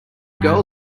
girl